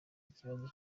ikibazo